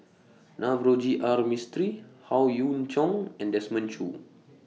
Navroji R Mistri Howe Yoon Chong and Desmond Choo